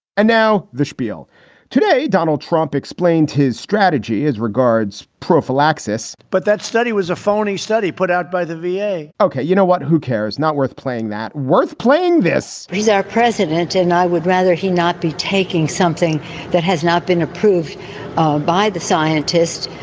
and now the spiel today, donald trump explained his strategy as regards prophylaxis but that study was a phony study put out by the v a. ok. you know what? who cares? not worth playing that. worth playing this he's our president. and i would rather he not be taking something that has not been approved by the scientists,